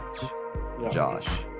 Josh